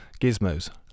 gizmos